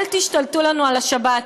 אל תשתלטו לנו על השבת.